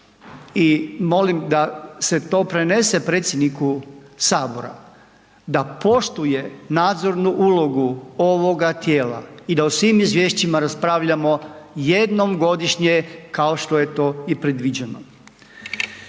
i molim da se to prenese predsjedniku sabora da poštuje nadzornu ulogu ovoga tijela i da o svim izvješćima raspravljamo jednom godišnje kao što je to i predviđeno.